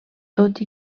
tot